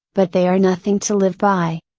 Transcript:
but they are nothing to live by.